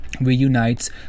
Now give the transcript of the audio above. reunites